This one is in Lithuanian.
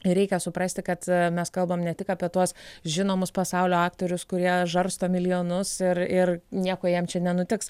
ir reikia suprasti kad mes kalbam ne tik apie tuos žinomus pasaulio aktorius kurie žarsto milijonus ir ir nieko jiem čia nenutiks